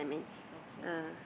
okay